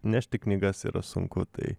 nešti knygas yra sunku tai